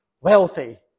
wealthy